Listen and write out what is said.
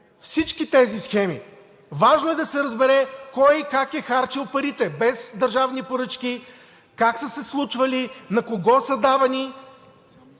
всички тези схеми, важно е да се разбере кой и как е харчил парите без държавни поръчки, как са се случвали, на кого са давани.